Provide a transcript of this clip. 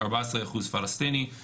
14 אחוז פלסטיני,